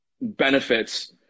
benefits